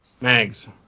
Mags